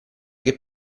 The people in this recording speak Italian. che